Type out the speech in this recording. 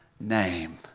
name